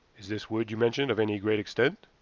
is this wood you mention of any great extent?